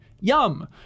Yum